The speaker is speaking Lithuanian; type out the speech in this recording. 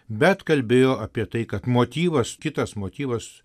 bet kalbėjo apie tai kad motyvas kitas motyvas